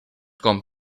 com